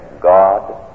God